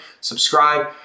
subscribe